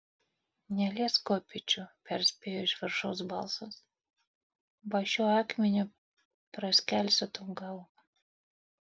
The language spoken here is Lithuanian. neliesk kopėčių perspėjo iš viršaus balsas ba šiuo akmeniu praskelsiu tau galvą